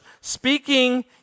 speaking